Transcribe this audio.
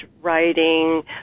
writing